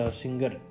singer